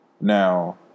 now